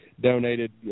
Donated